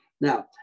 Now